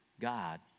God